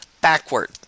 backward